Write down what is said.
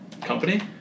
company